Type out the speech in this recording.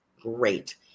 great